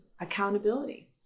accountability